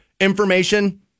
information